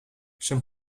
zijn